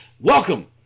Welcome